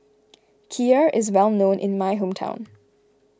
Kheer is well known in my hometown